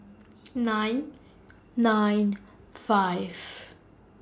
nine nine five